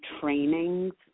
trainings